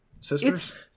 sisters